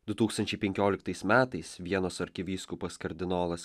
du tūkstančiai penkioliktais metais vienos arkivyskupas kardinolas